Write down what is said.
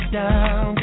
down